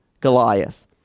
Goliath